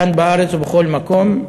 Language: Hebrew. כאן בארץ, ובכל מקום,